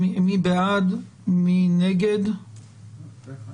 חוק סמכויות מיוחדות להתמודדות עם נגיף הקורונה החדש (הוראת שעה),